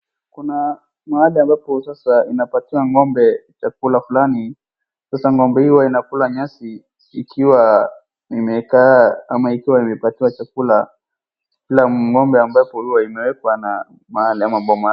Kuna amahali ambapo sasa inapatiwa ng'ombe chakula fulani. Sasa ng'ombe hii hua inakula nyasi ikiwa imekaa ama ikiwa imepatiwa chakula kila ng'ombe ambapo huwa imewekwa na mahali ama boma yake.